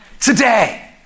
Today